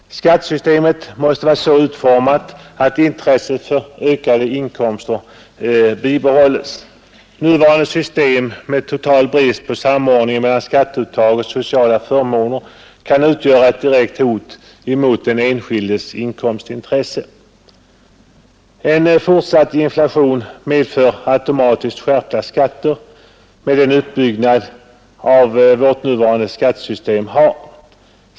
Skattesystemet måste vara så utformat att intresset för ökade inkomster bibehålles. Nuvarande system med total brist på samordning mellan skatteuttag och sociala förmåner kan utgöra ett direkt hot mot den enskildes inkomstintresse. En fortsatt inflation medför automatiskt skärpta skatter med den uppbyggnad vårt nuvarande skattesystem har.